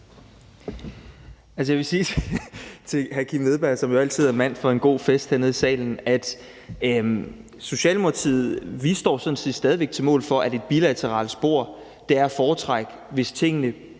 Altså, jeg vil sige til hr. Kim Edberg Andersen, som jo altid er mand for en god fest hernede i salen, at Socialdemokratiet sådan set stadig væk står på mål for, at et bilateralt spor er at foretrække, hvis tingene